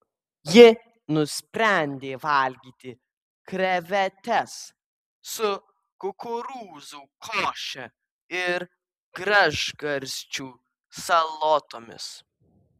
ji nusprendė valgyti krevetes su kukurūzų koše ir gražgarsčių salotomis